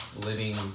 living